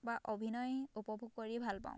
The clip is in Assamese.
বা অভিনয় উপভোগ কৰি ভালপাওঁ